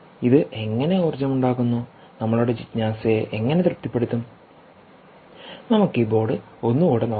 ഇത് എങ്ങനെ ഊർജ്ജം ഉണ്ടാക്കുന്നുനമ്മളുടെ ജിജ്ഞാസയെ എങ്ങനെ തൃപ്തിപ്പെടുത്തും നമുക്ക് ഈ ബോർഡ് ഒന്നുകൂടെ നോക്കാം